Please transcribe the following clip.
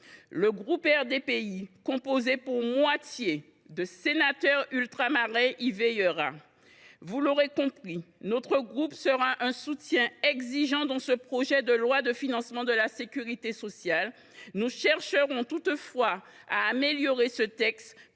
Le groupe RDPI, composé pour moitié de sénateurs ultramarins, y veillera. Vous l’aurez compris, nous soutiendrons de manière exigeante ce projet de loi de financement de la sécurité sociale, que nous chercherons toutefois à améliorer, afin